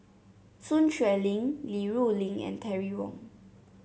Sun Xueling Li Rulin and Terry Wong